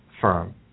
firm